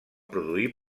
produir